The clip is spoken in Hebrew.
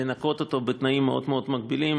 לנקות אותו בתנאים מאוד מאוד מגבילים,